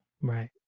Right